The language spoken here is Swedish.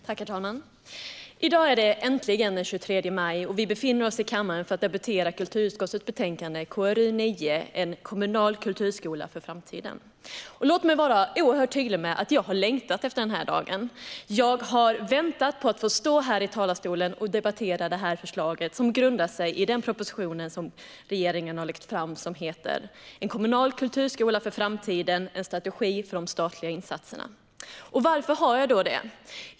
Herr talman! I dag är det äntligen den 23 maj, och vi befinner oss i kammaren för att debattera kulturutskottets betänkande KrU9 En kommunal kulturskola för framtiden . Låt mig vara oerhört tydlig med att jag har längtat efter den här dagen. Jag har väntat på att få stå här i talarstolen och debattera det här förslaget, som grundar sig i den proposition regeringen lagt fram som heter En kommunal kulturskola för framtiden - en strategi för de statliga insatserna . Varför har jag det?